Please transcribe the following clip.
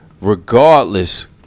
Regardless